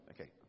Okay